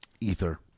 ether